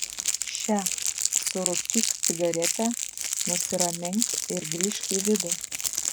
še surūkyk cigaretę nusiramink ir grįžk į vidų